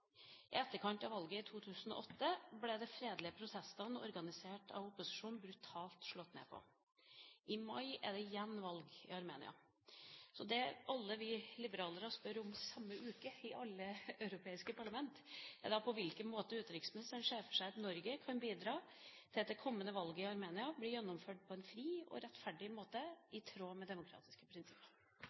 I etterkant av valget i 2008 ble de fredelige protestene organisert av opposisjonen brutalt slått ned på. I mai er det igjen valg i Armenia. Det alle vi liberalere spør om, i samme uke, i alle europeiske parlament, er på hvilken måte utenriksministrene ser for seg at landene kan bidra til at det kommende valget i Armenia blir gjennomført på en fri og rettferdig måte, i tråd med demokratiske prinsipper.